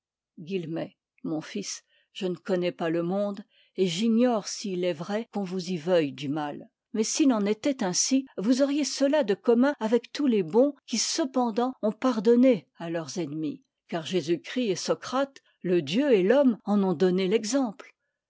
mon fils je ne connais pas le monde et j'i gnore s'il est vrai qu'on vous y veuille du mal mais s'il en était ainsi vous auriez cela de com mun avec tous les bons qui cependant ont par donné à leurs ennemis car jésus-christ et so crate le dieu et l'homme en ont donné l'exemple